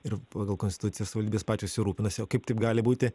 ir pagal konstituciją savaldybės patčios juo rūpinasi o kaip taip gali būti